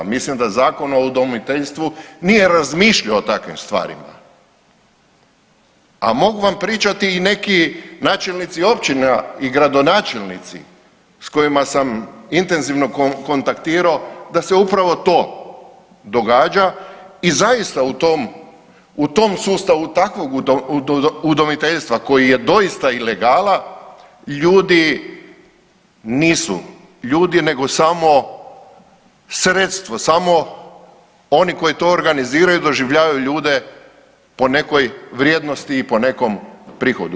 Mislim da Zakon o udomiteljstvu nije razmišljao o takvim stvarima, a mogu vam pričati i neki načelnici općina i gradonačelnici s kojima sam intenzivno kontaktirao da se upravo to događa i zaista u tom, u tom sustavu takvog udomiteljstva koji je doista ilegala ljudi nisu ljudi nego samo sredstvo, samo oni koji to organiziraju doživljavaju ljude po nekoj vrijednosti i po nekom prihodu.